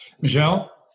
Michelle